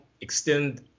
extend